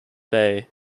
bay